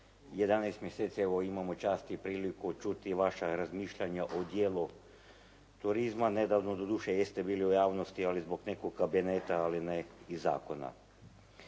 11 mjeseci evo imamo čast i priliku čuti vaša razmišljanja o dijelu turizma. Nedavno doduše jeste bili u javnosti, ali zbog nekog kabineta, ali ne i zakona.